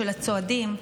של הצועדים,